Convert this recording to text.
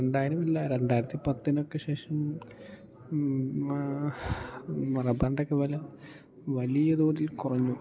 രണ്ടായിരം അല്ല രണ്ടായിരത്തി പത്തിനൊക്കെ ശേഷം മലബാറിൻ്റെയൊക്കെ വില വലിയ തോതിൽ കുറഞ്ഞു